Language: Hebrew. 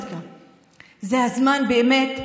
זה הזמן, באמת,